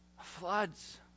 Floods